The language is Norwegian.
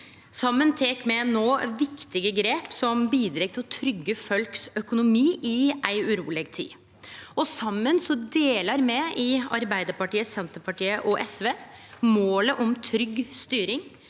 Saman tek me no viktige grep som bidreg til å tryggje folks økonomi i ei uroleg tid. Saman deler me i Arbeidarpartiet, Senterpartiet og SV målet om trygg styring